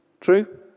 true